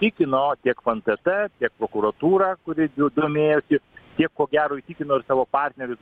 tikino tiek fntt tiek prokuratūrą kuri domėjosi tiek ko gero įtikino ir savo partnerius